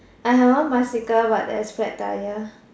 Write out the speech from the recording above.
I have one bicycle but it has flat tire